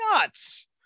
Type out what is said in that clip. nuts